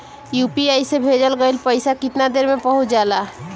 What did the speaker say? UPI से भेजल गईल पईसा कितना देर में पहुंच जाला?